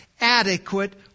adequate